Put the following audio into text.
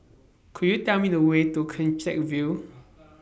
Could YOU Tell Me The Way to CleanTech View